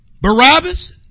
Barabbas